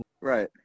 Right